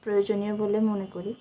প্রয়োজনীয় বলে মনে করি